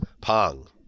Pong